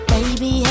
Baby